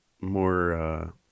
more